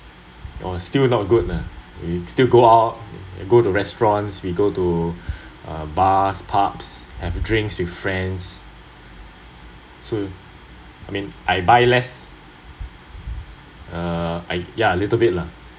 oh still not good ah we still go out go to restaurants we go uh to bars pubs have a drinks with friends so I mean I buy less uh I ya a little bit lah